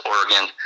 Oregon